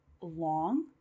long